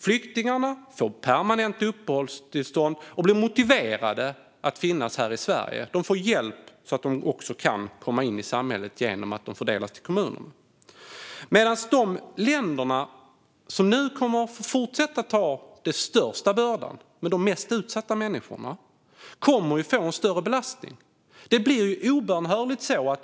Flyktingarna får permanent uppehållstillstånd och blir motiverade att finnas här i Sverige. De får hjälp så att de kan komma in i samhället genom att de fördelas bland kommunerna. De länder som i fortsättningen får ta den största bördan med de mest utsatta människorna kommer nu att få en större belastning. Det blir obönhörligen så.